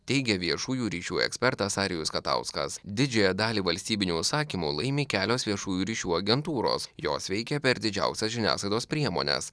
teigia viešųjų ryšių ekspertas arijus katauskas didžiąją dalį valstybinių užsakymų laimi kelios viešųjų ryšių agentūros jos veikia per didžiausias žiniasklaidos priemones